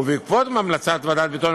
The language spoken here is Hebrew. ובעקבות המלצת ועדת ביטון,